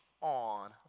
on